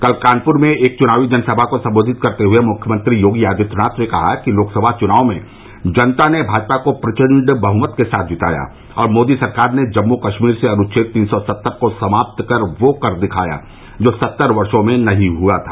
कल कानपुर में एक चुनावी जनसभा को संबोधित करते हुए मुख्यमंत्री योगी आदित्यनाथ ने कहा कि लोकसभा चुनाव मे जनता ने भाजपा को प्रचंड बहमत के साथ जिताया और मोदी सरकार ने जम्मू कश्मीर से अनुच्छेद तीन सौ सत्तर को समाप्त कर वो कर दिखाया जो सत्तर वर्ष में नहीं हुआ था